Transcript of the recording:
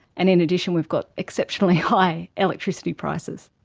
and in addition we've got exceptionally high electricity prices.